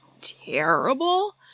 terrible